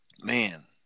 man